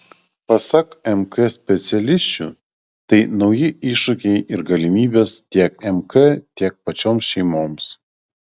pasak mk specialisčių tai nauji iššūkiai ir galimybės tiek mk tiek pačioms šeimoms